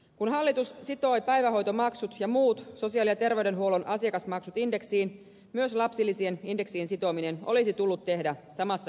kun hallitus sitoi päivähoitomaksut ja muut sosiaali ja terveydenhuollon asiakasmaksut indeksiin myös lapsilisien indeksiin sitominen olisi tullut tehdä samassa yhteydessä